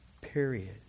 Period